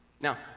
Now